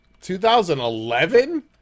2011